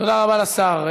תודה רבה לשר.